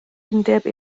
undeb